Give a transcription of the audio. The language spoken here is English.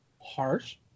Harsh